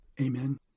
Amen